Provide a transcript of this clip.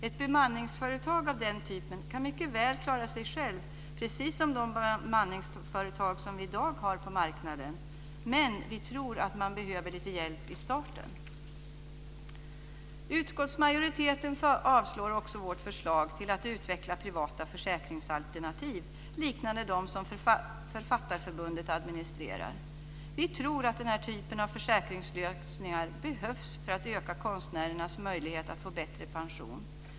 Ett bemanningsföretag av den typen kan mycket väl klara sig själv, precis som de bemanningsföretag som vi i dag har på marknaden, men vi tror att man behöver lite hjälp i starten. Utskottsmajoriteten avslår också vårt förslag om att utveckla privata försäkringsalternativ, liknande dem som Författarförbundet administrerar. Vi tror att den här typen av försäkringslösningar behövs för att öka konstnärernas möjligheter att få en bättre pension.